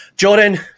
Jordan